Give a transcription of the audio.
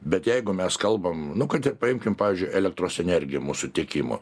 bet jeigu mes kalbam nu kad ir paimkim pavyzdžiui elektros energiją mūsų tiekimo